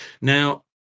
Now